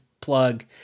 plug